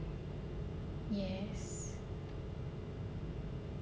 yes